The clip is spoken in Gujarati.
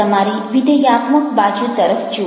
તમારી વિધેયાત્મક બાજુ તરફ જુઓ